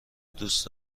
دوست